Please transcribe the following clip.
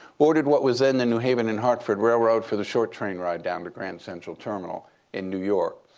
boarded what was then the new haven and hartford railroad for the short train ride down to grand central terminal in new york.